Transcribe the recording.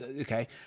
Okay